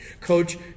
Coach